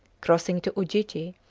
crossing to ujiji,